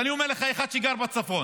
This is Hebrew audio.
ואני אומר לך, כאחד שגר בצפון,